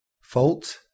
Fault